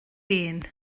hun